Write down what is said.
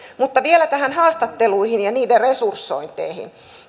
mutta vielä näihin haastatteluihin ja niiden resursointeihin